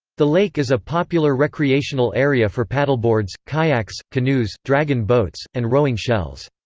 the lake is a popular recreational area for paddleboards, kayaks, canoes, dragon boats, and rowing shells.